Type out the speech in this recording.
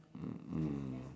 mm mm